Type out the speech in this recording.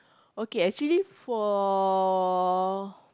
okay actually for